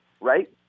right